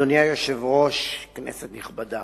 אדוני היושב-ראש, כנסת נכבדה,